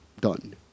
done